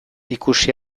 ikusi